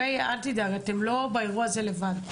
אל תדאג, אתם לא לבד באירוע הזה.